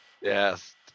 Yes